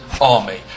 army